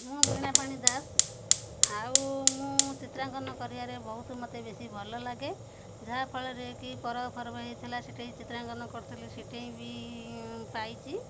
ମୁଁ ବୀଣାପାଣି ଦାସ ଆଉ ମୁଁ ଚିତ୍ରାଙ୍କନ କରିବାରେ ବହୁତ ମତେ ବେଶୀ ଭଲ ଲାଗେ ଯାହାଫଳରେ କି ପର୍ବ ଫରବ ହେଇଥିଲା ସେଠେଇ ଚିତ୍ରାଙ୍କନ କରଥିଲି ସେଠେଇ ବି ପାଇଛି